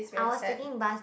I was taking bus there